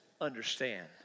understand